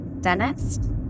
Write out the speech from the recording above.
Dentist